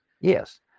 Yes